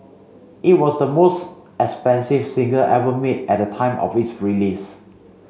it was the most expensive single ever made at the time of its release